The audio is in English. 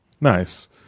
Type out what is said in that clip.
nice